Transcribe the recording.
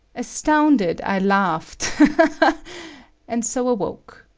astounded, i laughed and so awoke.